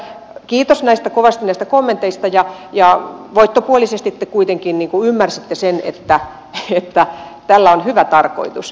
kiitos kovasti näistä kommenteista ja voittopuolisesti te kuitenkin ymmärsitte sen että tällä on hyvä tarkoitus